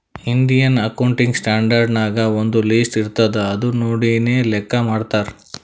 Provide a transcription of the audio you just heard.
Indian accounting standard ನಾಗ್ ಒಂದ್ list ಇರ್ತುದ್ ಅದು ನೋಡಿನೇ ಲೆಕ್ಕಾ ಮಾಡ್ತಾರ್